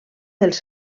dels